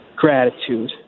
gratitude